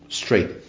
straight